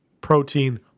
protein